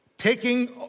Taking